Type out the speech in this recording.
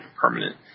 permanent